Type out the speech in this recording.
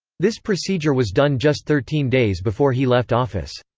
this procedure was done just thirteen days before he left office.